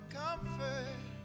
comfort